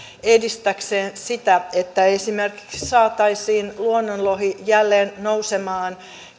edistääkseen sitä että esimerkiksi saataisiin luonnonlohi jälleen nousemaan